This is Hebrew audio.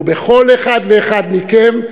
ובכל אחד ואחד מכם,